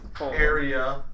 area